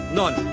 none